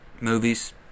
movies